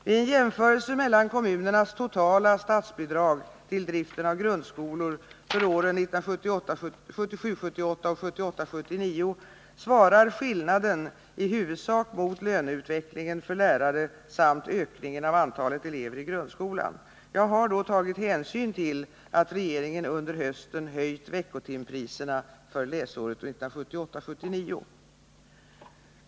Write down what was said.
Vid en jämförelse mellan kommunernas totala statsbidrag till driften av grundskolor för åren 1977 79 svarar skillnaden i huvudsak mot löneutvecklingen för lärare samt ökningen av antalet elever i grundskolan. Jag har då tagit hänsyn till att regeringen under hösten höjt veckotimpriserna för läsåret 1978/79.